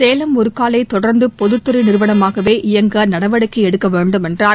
சேலம் உருக்காலை தொடர்ந்து பொதுத்துறை நிறுவனமாகவே இயங்க நடவடிக்கை எடுக்க வேண்டும் என்றார்